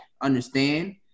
understand